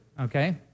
okay